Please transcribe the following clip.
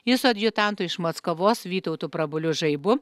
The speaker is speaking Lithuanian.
jis su adjutantu iš masakvos vytautu prabuliu žaibu